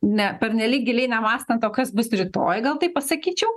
ne pernelyg giliai nemąstant o kas bus rytoj gal taip pasakyčiau